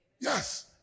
Yes